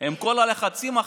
עם כל הלחצים החדשים,